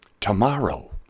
tomorrow